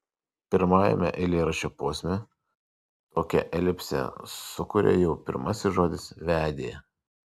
pirmajame eilėraščio posme tokią elipsę sukuria jau pirmasis žodis vedė